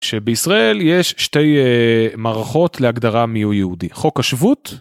שבישראל יש שתי מערכות להגדרה מי הוא יהודי: חוק השבות.